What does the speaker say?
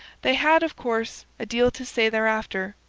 they had, of course, a deal to say thereafter,